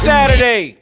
Saturday